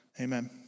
Amen